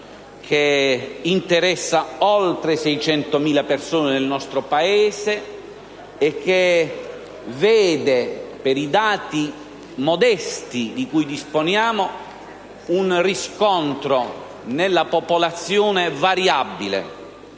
che interessa oltre 600.000 persone nel nostro Paese e che vede, per i dati modesti di cui disponiamo, un'incidenza nella popolazione variabile